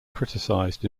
criticized